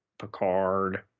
Picard